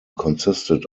consisted